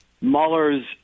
Mueller's